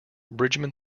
bridgeman